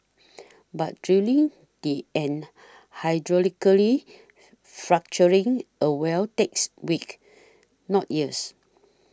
but drilling and hydraulically fracturing a well takes weeks not years